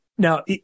Now